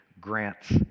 Grant's